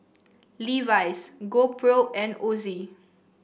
Levi's GoPro and Ozi